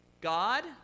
God